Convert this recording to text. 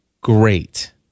great